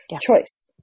choice